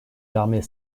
l’armée